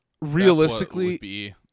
Realistically